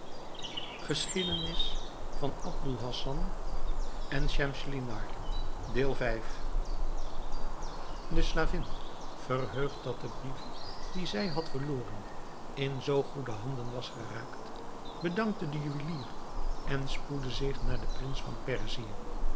mede te deelen de slavin verheugd dat de brief dien zij had verloren in zoo goede handen was geraakt bedankte den juwelier en spoedde zich naar den prins van perzië